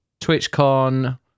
TwitchCon